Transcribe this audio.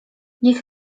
niech